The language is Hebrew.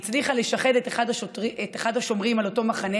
היא הצליחה לשחד את אחד השומרים על אותו מחנה